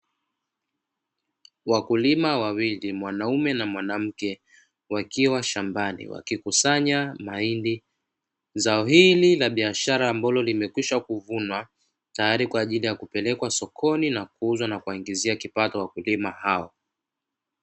Wakulima wawili mwanaume na mwanamke wakiwa shambani wakikusanya mahindi, zao hili la biashara ambalo limekwisha kuvunwa tayari kwa ajili ya kupelekwa sokoni na kuuzwa na kuwaingizia kipato wakulima hao.